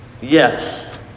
Yes